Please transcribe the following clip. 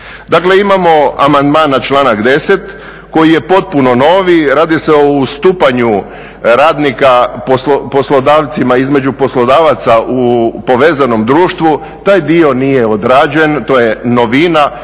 Dakle, imamo amandman na članak 10. koji je potpuno novi, radi se o ustupanju radnika poslodavcima između poslodavaca u povezanom društvu. Taj dio nije odrađen, to je novina.